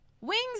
wings